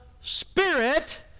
Spirit